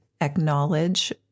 acknowledge